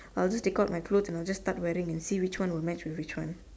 I will just take out my clothes and I will just start wearing and see which one would match with which one